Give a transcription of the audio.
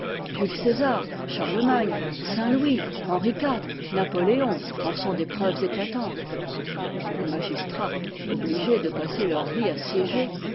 jules césar charlemagne saint louis henri iv napoléon en sont des preuves éclatantes les magistrats obligés de passer leur vie à siéger